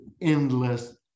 endless